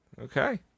Okay